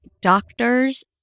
doctors